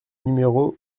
numéro